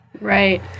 Right